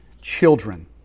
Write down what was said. children